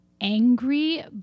angry